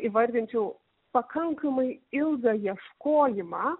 įvardinčiau pakankamai ilgą ieškojimą